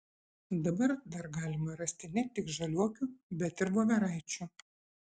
dabar dar galima rasti ne tik žaliuokių bet ir voveraičių